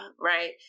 right